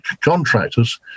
contractors